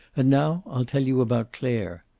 and now i'll tell you about clare.